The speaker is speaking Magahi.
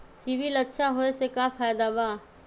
सिबिल अच्छा होऐ से का फायदा बा?